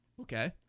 Okay